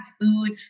food